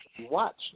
watch